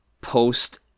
post-